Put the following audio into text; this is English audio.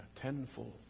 tenfold